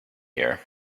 here